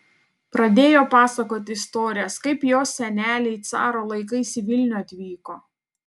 pradėjo pasakoti istorijas kaip jos seneliai caro laikais į vilnių atvyko